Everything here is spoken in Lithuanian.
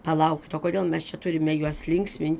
palaukit o kodėl mes čia turime juos linksmint